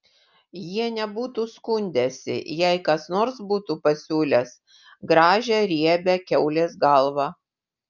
jie nebūtų skundęsi jei kas nors būtų pasiūlęs gražią riebią kiaulės galvą